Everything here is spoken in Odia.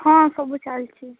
ହଁ ସବୁ ଚାଲିଛି